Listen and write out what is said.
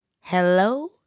Hello